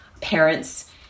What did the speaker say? parents